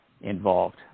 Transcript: involved